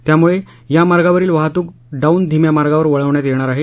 त्यामुळे या मार्गावरील वाहतूक डाऊन धीम्या मार्गावर वळवण्यात येणार आहे